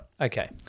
Okay